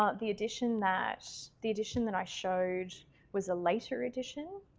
ah the edition that the edition that i showed was a later edition,